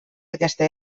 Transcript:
aquesta